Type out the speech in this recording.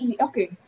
okay